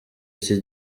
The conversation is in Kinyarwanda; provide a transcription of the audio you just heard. iki